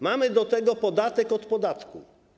Mamy do tego podatek od podatku.